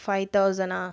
five தவுசனா